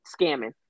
Scamming